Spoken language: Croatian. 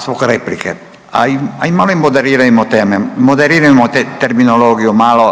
zbog replike, a i malo moderirajmo teme, moderirajmo te terminologiju malo.